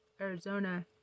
Arizona